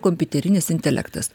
kompiuterinis intelektas